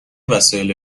وسایل